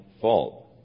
fault